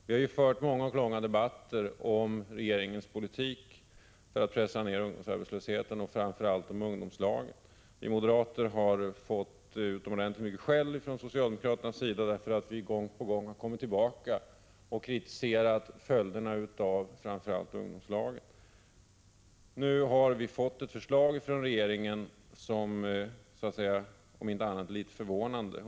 Vi har fört många och långa debatter om regeringens politik för att pressa ned ungdomsarbetslösheten — framför allt om ungdomslagen. Vi moderater har fått utomordentligt mycket skäll från socialdemokraterna för att vi gång på gång har kommit tillbaka och kritiserat följderna av i första hand ungdomslagen. Nu har vi från regeringen fått ett förslag som är litet förvånande.